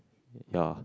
ya